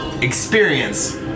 experience